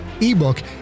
ebook